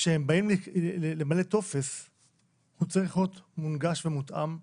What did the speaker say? כשהם באים למלא טופס הוא צריך להיות מונגש ומותאם לכולם.